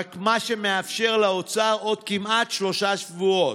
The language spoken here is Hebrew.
מה שמאפשר לאוצר עוד כמעט שלושה שבועות,